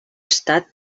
estat